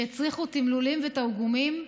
שהצריכו תמלולים ותרגומים,